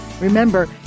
Remember